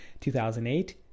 2008